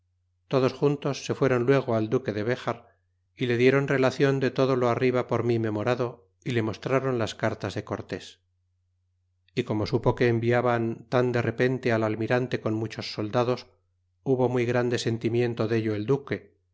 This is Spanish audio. todos juntos se fueron luego al duque de dejar y le dieron relacion de todo lo arriba por mi memorado y le mostraron las cartas de cortés y como supo que enviaban tan de repente al almirante con muchos soldados hubo muy grande sentimiento dello el duque